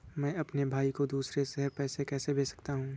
मैं अपने भाई को दूसरे शहर से पैसे कैसे भेज सकता हूँ?